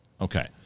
Okay